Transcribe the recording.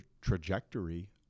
trajectory